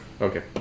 Okay